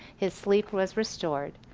his sleep was restored,